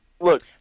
look